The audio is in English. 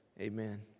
Amen